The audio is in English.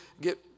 get